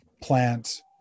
plant